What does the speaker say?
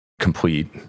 complete